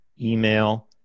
email